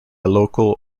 local